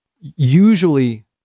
usually